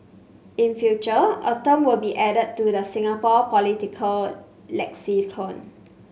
in future a term will be added to the Singapore political lexicon